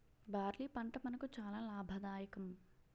barley పంట మనకు చాలా లాభదాయకం